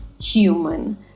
human